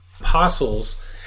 apostles